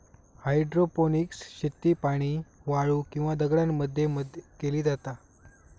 hydroponics शेती पाणी, वाळू किंवा दगडांमध्ये मध्ये केली जाता